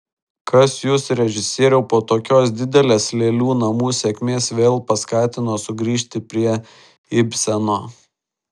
kas jus režisieriau po tokios didelės lėlių namų sėkmės vėl paskatino sugrįžti prie ibseno